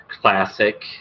classic